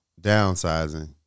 Downsizing